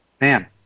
Man